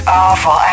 awful